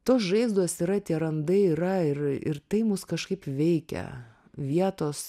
tos žaizdos yra tie randai yra ir ir tai mus kažkaip veikia vietos